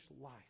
life